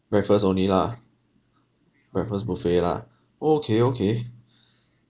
breakfast only lah breakfast buffet lah okay okay